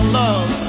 love